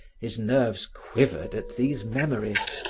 his nerves quivered at these memories.